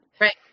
Right